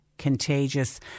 contagious